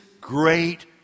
great